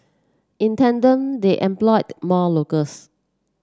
in tandem they employed more locals